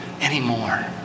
anymore